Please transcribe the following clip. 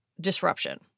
disruption